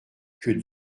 que